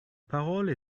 parole